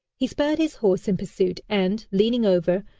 he spurred his horse in pursuit, and, leaning over,